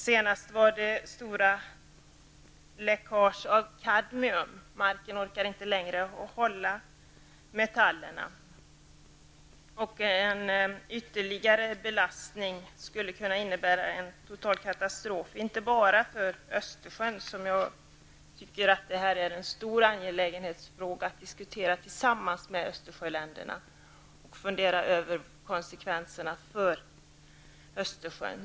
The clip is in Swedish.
Senast var det fråga om stora läckage av kadmium. Marken orkar inte lägre hålla metallerna. En ytterligare belastning skulle kunna innebära en total katastrof inte bara för Östersjön. Det är mycket angeläget att diskutera denna fråga tillsammans med Östersjöländerna och fundera över konsekvenserna för Östersjön.